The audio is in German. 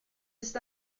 ist